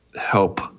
help